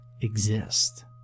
exist